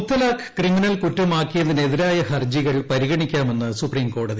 മുത്തലാഖ് criminal കുറ്റമാക്കിയതിനെതിരായ മുത്തലാഖ് ഹർജികൾ പരിഗണിക്കാമെന്ന് സുപ്രീംകോടതി